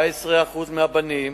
19% מהבנים